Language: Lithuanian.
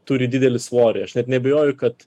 turi didelį svorį aš net neabejoju kad